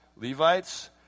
Levites